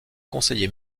conseiller